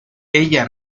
ella